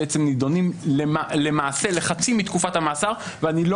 נדונים למעשה לחצי מתקופת המאסר ואני לא